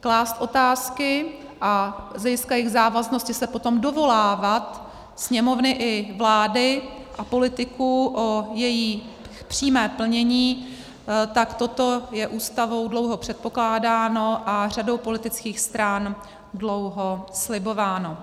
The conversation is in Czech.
klást otázky a z hlediska jejich závaznosti se potom dovolávat Sněmovny i vlády a politiků o její přímé plnění, tak toto je Ústavou dlouho předpokládáno a řadou politických stran dlouho slibováno.